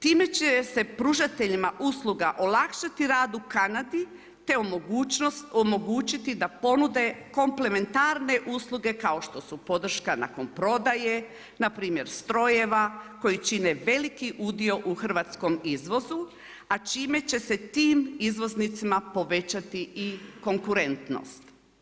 Time će se pružateljima usluga olakšati rad u Kanadi te omogućiti da ponude komplementarne usluge kao što su podrška nakon prodaje na primjer strojeva koji čine veliki udio u hrvatskom izvozu, a čime će se tim izvoznicima povećati i konkurentnost.